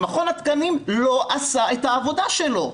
שמכון התקנים לא עשה את העבודה שלו,